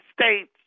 States